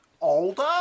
older